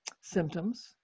symptoms